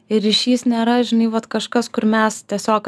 ir ryšys nėra žinai vat kažkas kur mes tiesiog